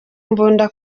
imbunda